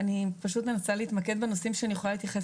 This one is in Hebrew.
אני פשוט מנסה להתמקד בנושאים שאני יכולה להתייחס,